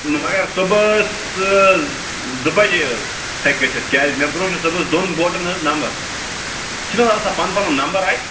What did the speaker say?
مگر صُبحَس زٕ بَجے حظ ہیٚکہِ گٔژھِتھ کیٛازِ مےٚ برٛونٛہہ چھِ صُبحَس دۄن بوٹَن حظ نمبَر چھِنہٕ حظ آسان پَنُن پَنُن نمبَر اَتہِ